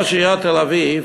ראש עיריית תל-אביב